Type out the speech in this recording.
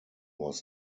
was